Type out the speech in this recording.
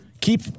keep